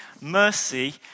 mercy